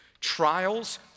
Trials